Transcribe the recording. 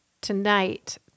tonight